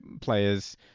players